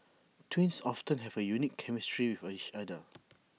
twins often have A unique chemistry with each other